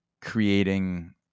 creating